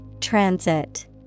Transit